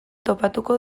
topatuko